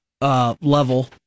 level